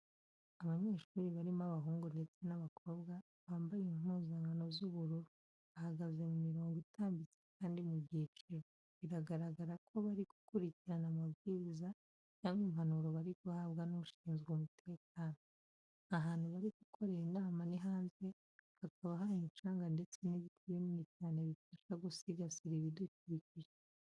Abanyeshuri barimo abahungu ndetse n'abakobwa bambaye impuzankano z'ubururu, bahagaze mu mirongo itambitse kandi mu byiciro. Biragaragara ko bari gukurikirana amabwiriza cyangwa impanuro bari guhabwa n'ushinzwe umutekano. Ahantu bari gukorera inama ni hanze hakaba hari umucanga ndetse n'ibiti binini cyane bifasha gusigasira ibidukikije.